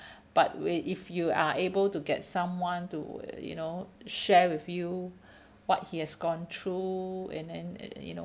but w~ if you are able to get someone to you know share with you what he has gone through and then you know